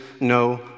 no